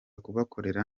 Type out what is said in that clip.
kubakorera